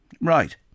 Right